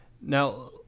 Now